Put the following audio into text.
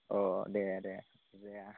दे दे दे